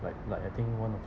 like like I think one of